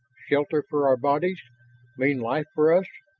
shelter for our bodies mean life for us?